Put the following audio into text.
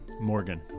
Morgan